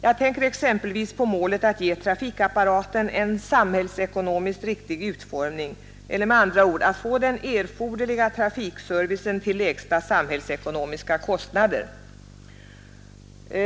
Jag tänker exempelvis på målet att ge trafikapparaten en samhällsekonomiskt riktig utformning eller, med andra ord, att få den erforderliga trafikservicen till lägsta möjliga kostnader för samhället.